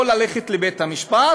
או ללכת לבית-המשפט,